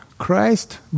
Christ